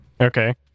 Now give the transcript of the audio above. Okay